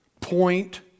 Point